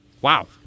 Wow